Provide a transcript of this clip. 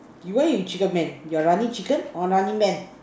you why you chicken man you running chicken or running man